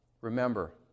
Remember